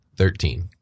Thirteen